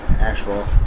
actual